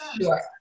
Sure